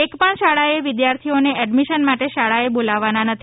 એક પણ શાળાએ વિદ્યાર્થીઓને એડમિશન માટે શાળાએ બોલાવવાના નથી